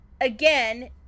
again